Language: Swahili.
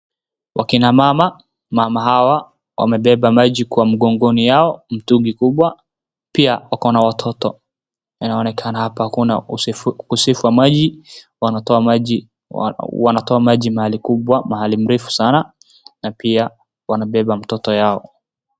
Wakina mama. Mama hawa wamebeba maji kwa mgongoni yao mtungi kubwa pia wako na watoto. Inaonekana hapa hakuna ukosefu wa maji. Wanatoa maji mahali kubwa, mahali mrefu sana. Na pia wanabeba mtoto yao